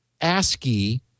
ASCII